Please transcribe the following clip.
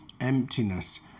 emptiness